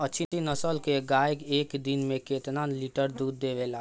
अच्छी नस्ल क गाय एक दिन में केतना लीटर दूध देवे ला?